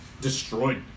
Destroyed